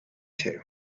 two